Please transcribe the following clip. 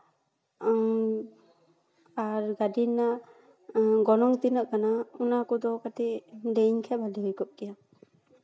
ᱟᱨ ᱜᱟᱹᱰᱤ ᱨᱮᱱᱟᱜ ᱜᱚᱱᱚᱝ ᱛᱤᱱᱟᱹᱜ ᱠᱟᱱᱟ ᱚᱱᱟ ᱠᱚᱫᱚ ᱠᱟᱹᱴᱤᱡ ᱞᱟᱹᱭ ᱤᱧ ᱠᱷᱟᱡ ᱵᱷᱟᱜᱮ ᱦᱩᱭ ᱠᱚᱜ ᱠᱮᱭᱟ